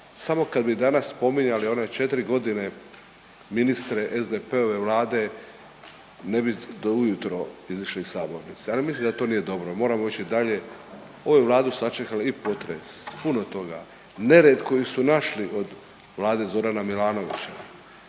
Samo kad bi danas spominjali one 4 godine ministre SDP-ove vlade ne bi ujutro izišli iz sabornice, ali mislim da to nije dobro. Moramo ići dalje, ovu je Vladu sačekalo i potres, puno toga, nered koji su našli od vlade Zorana Milanovića.